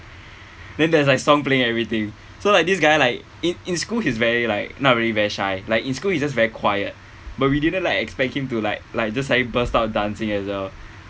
then there's like song playing everything so like this guy like in in school he's very like not really very shy like in school he just very quiet but we didn't like expect him to like like just like burst out dancing as well